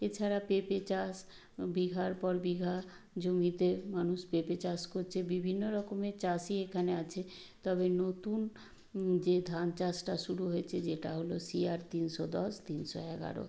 এছাড়া পেঁপে চাষ বিঘার পর বিঘা জমিতে মানুষ পেঁপে চাষ কচ্ছে বিভিন্ন রকমের চাষি এখানে আছে তবে নতুন যে ধান চাষটা শুরু হয়েছে যেটা হলো শিয়ার তিনশো দশ তিনশো এগারো